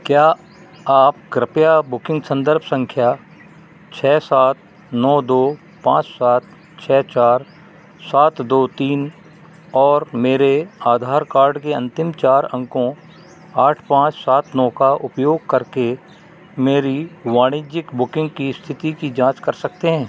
क्या आप कृपया बुकिंग संदर्भ संख्या छः सात नौ दो पाँच सात छः चार सात दो तीन और मेरे आधार कार्ड के अंतिम चार अंकों आठ पाँच सात नौ का उपयोग करके मेरी वाणिज्यिक बुकिंग की स्थिति की जाँच कर सकते हैं